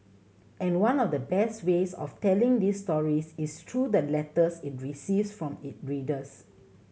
and one of the best ways of telling these stories is through the letters it receives from it readers